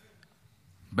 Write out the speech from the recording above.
צודק.